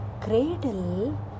cradle